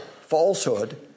falsehood